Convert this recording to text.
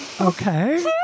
Okay